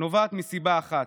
נובעת מסיבה אחת: